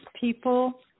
people